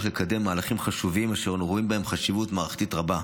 לקדם מהלכים חשובים אשר אנו רואים בהם חשיבות מערכתית רבה.